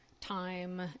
time